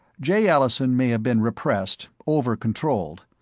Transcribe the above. jay allison may have been repressed, overcontrolled,